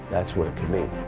that's what to me